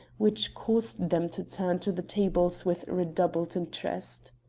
which caused them to turn to the tables with redoubled interest.